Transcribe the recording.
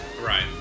Right